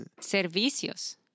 Servicios